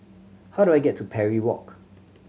how do I get to Parry Walk